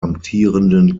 amtierenden